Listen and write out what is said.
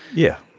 yeah.